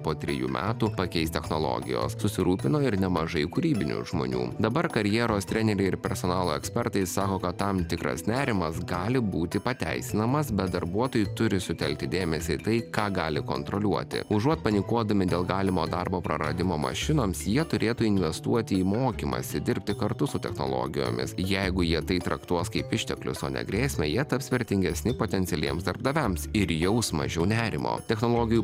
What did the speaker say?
po trejų metų pakeis technologijos susirūpino ir nemažai kūrybinių žmonių dabar karjeros treneriai ir personalo ekspertai sako kad tam tikras nerimas gali būti pateisinamas bet darbuotojai turi sutelkti dėmesį tai ką gali kontroliuoti užuot panikuodami dėl galimo darbo praradimo mašinoms jie turėtų investuoti į mokymąsi dirbti kartu su technologijomis jeigu jie tai traktuos kaip išteklius o ne grėsmę jie taps vertingesni potencialiems darbdaviams ir jaus mažiau nerimo technologijų